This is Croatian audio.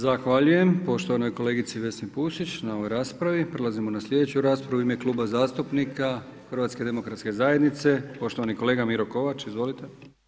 Zahvaljujem poštovanoj kolegici Vesni Pusić na ovoj raspravi, prelazimo na sljedeću raspravu, u ime Kluba zastupnika HDZ-a, poštovani kolega Miro Kovač, izvolite.